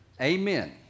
Amen